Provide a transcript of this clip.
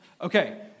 Okay